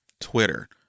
Twitter